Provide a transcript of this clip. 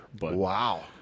Wow